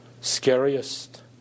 scariest